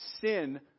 sin